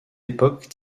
époque